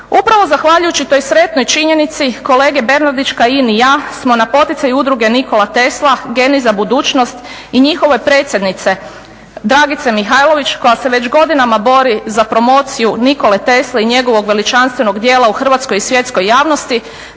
Upravo zahvaljujući toj sretnoj činjenici kolege Bernardić, Kajin i ja smo na poticaj Udruge "Nikola Tesla"-geni za budućnost i njihove predsjednice Dragice Mihajlović koja se već godinama bori za promociju Nikole Tesle i njegovog veličanstvenog djela u hrvatskoj i svjetskoj javnosti,